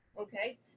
okay